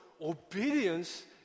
obedience